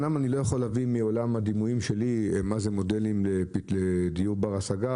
אני לא יכול להביא מעולם הדימויים שלי מה זה מודלים לדיור בר השגה